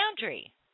boundary